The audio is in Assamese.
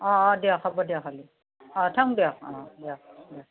অঁ অঁ অঁ দিয়ক হ'ব দিয়ক হ'লে অঁ থওঁদিয়ক অঁ দিয়ক